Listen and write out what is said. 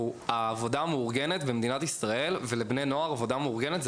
עבודה מאורגנת לבני נוער במדינת ישראל זה